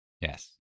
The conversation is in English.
Yes